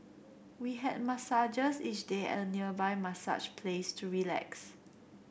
we had massages each day at a nearby massage place to relax